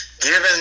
given